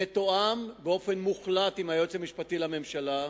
מתואם באופן מוחלט עם היועץ המשפטי לממשלה,